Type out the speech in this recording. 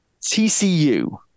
TCU